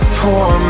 poor